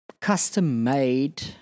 custom-made